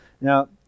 Now